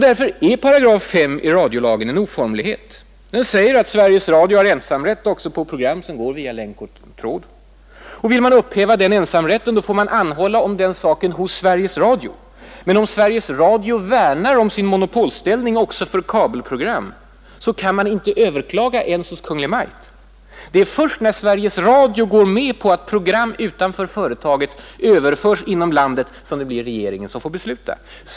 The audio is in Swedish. Därför är 5 8 i radiolagen en oformlighet. Den säger att Sveriges Radio har ensamrätt också till program som går via länk och tråd. Vill man upphäva den ensamrätten får man anhålla om den saken hos Sveriges Radio. Men om Sveriges Radio värnar om sin monopolställning också för kabelprogram, kan man inte överklaga ens hos Kungl. Maj:t. Det är först när Sveriges Radio går med på att program utanför företaget överförs inom landet som det blir regeringen som får besluta.